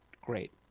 great